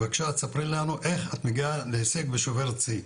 בבקשה, תספרי לנו איך את מגיעה להישג ושוברת שיא.